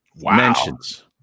mentions